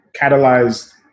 catalyzed